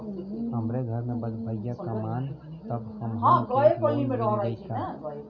हमरे घर में बस भईया कमान तब हमहन के लोन मिल जाई का?